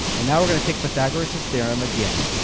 and now we're going to take pythagoras theorem. again,